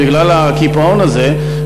בגלל הקיפאון הזה.